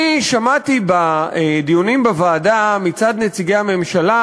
אני שמעתי בדיונים בוועדה מצד נציגי הממשלה